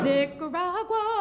Nicaragua